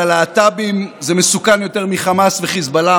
הלהט"בים: זה מסוכן יותר מחמאס וחיזבאללה,